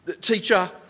Teacher